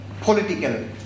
political